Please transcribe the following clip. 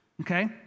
Okay